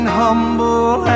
humble